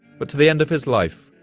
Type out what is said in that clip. but to the end of his life,